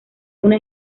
una